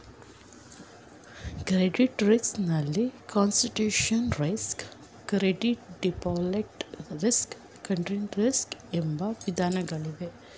credit risk ನಲ್ಲಿ concentration risk, credit default risk, country risk ಎಂಬ ವಿಧಗಳಿವೆ